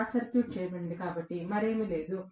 short circuit చేయబడింది కాబట్టి నాకు మరేమీ లేదు